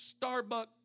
Starbucks